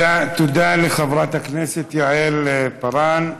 תודה לחברת הכנסת יעל פארן.